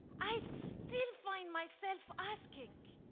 i still find myself asking,